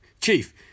Chief